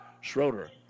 Schroeder